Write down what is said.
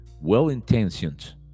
well-intentioned